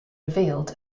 revealed